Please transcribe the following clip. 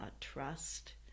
trust